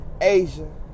Asia